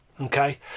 okay